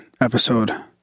episode